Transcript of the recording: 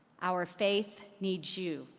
our faith needs you.